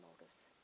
motives